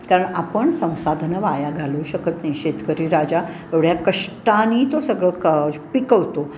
कारण आपण संसाधनं वाया घालू शकत नाही शेतकरी राजा एवढ्या कष्टानी तो सगळं क पिकवतो